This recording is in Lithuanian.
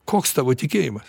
koks tavo tikėjimas